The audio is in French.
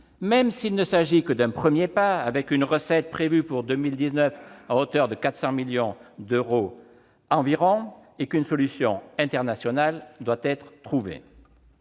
même s'il ne s'agit que d'un premier pas, avec une recette estimée à 400 millions d'euros en 2019, et qu'une solution internationale doit être trouvée.